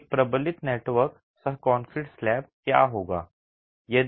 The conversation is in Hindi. एक प्रबलित ईंटवर्क सह कंक्रीट स्लैब क्या होगा